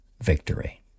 victory